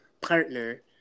partner